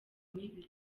mibi